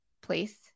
place